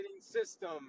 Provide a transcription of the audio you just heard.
system